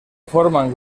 forman